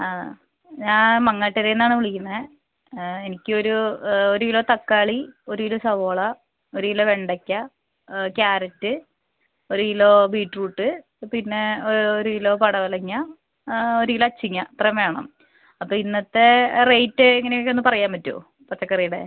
ആ ഞാൻ മങ്ങാട്ടരേന്നാണ് വിളിക്കുന്നത് എനിക്കൊരു ഒരു കിലോ തക്കാളി ഒരു കിലോ സവോള ഒരു കിലോ വെണ്ടക്ക ക്യാരറ്റ് ഒരു കിലോ ബീറ്റ്റൂട്ട് പിന്നെ ഒരു കിലോ പടവലങ്ങ ഒരു കിലോ അച്ചിങ്ങ ഇത്രേം വേണം അപ്പോൾ ഇന്നത്തെ റേറ്റെങ്ങനെക്കെ പറയാൻ പറ്റോ പച്ചക്കറീടെ